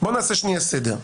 בוא נעשה שנייה סדר: